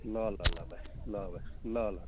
ल ल ल बाई ल ल ल